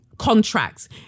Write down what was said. Contracts